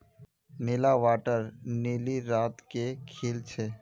नीला water lily रात के खिल छे